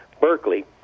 Berkeley